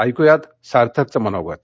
ऐकुया सार्थकचं मनोगत